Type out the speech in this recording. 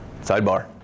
Sidebar